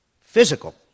physical